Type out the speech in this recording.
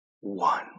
one